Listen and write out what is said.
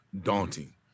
daunting